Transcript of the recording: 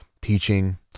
teaching